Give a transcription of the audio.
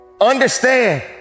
understand